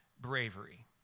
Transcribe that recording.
bravery